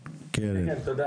תודה.